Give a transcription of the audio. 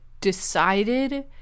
decided